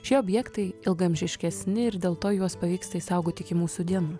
šie objektai ilgaamžiškesni ir dėl to juos pavyksta išsaugot iki mūsų dienų